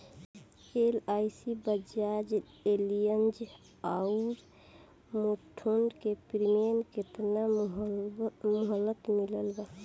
LIC Bajaj Allianz आउर मुथूट के premium के केतना मुहलत मिलल बा?